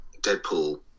deadpool